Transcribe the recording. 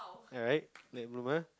alright late bloomer